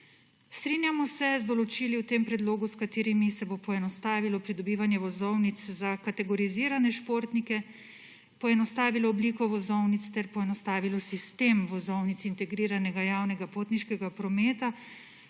Strinjamo se z določili v tem predlogu, s katerimi se bo poenostavilo pridobivanje vozovnic za kategorizirane športnike, poenostavilo obliko vozovnic ter poenostavilo sistem vozovnic integriranega javnega potniškega prometa,